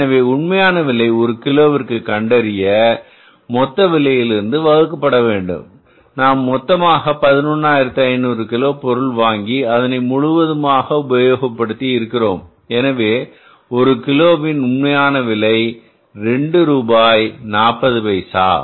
எனவே உண்மையான விலை ஒரு கிலோவிற்கு கண்டறிய மொத்த விலையில் இருந்து வகுக்கப்பட வேண்டும் நாம் மொத்தமாக 11500 கிலோ பொருள் வாங்கி அதனை முழுவதுமாக உபயோகப்படுத்தி இருக்கிறோம் எனவே ஒரு கிலோவின் உண்மையான விலை ரூபாய் 2 மற்றும் 40 பைசா